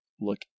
look